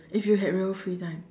if you had real free time